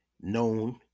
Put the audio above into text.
known